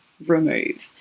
remove